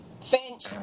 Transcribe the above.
Finch